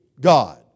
God